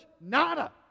nada